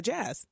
Jazz